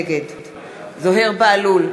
נגד זוהיר בהלול,